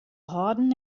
hâlden